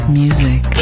music